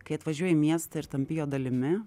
kai atvažiuoji į miestą ir tampi jo dalimi